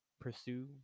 pursue